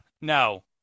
no